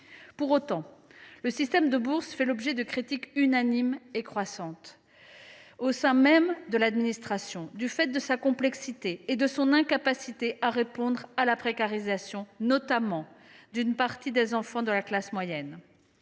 Pour autant, le système de bourses fait l’objet de critiques unanimes et croissantes au sein même de l’administration du fait de sa complexité et de son incapacité à répondre à la précarisation, notamment celle d’une partie des enfants de la classe moyenne.